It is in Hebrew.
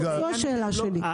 זאת השאלה שלי.